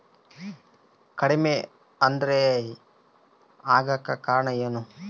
ಕಡಿಮೆ ಆಂದ್ರತೆ ಆಗಕ ಕಾರಣ ಏನು?